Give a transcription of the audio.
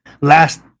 last